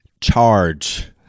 charge